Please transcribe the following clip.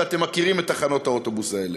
ואתם מכירים את תחנות האוטובוס האלה,